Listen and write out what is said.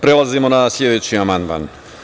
Prelazimo na sledeći amandman.